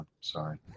sorry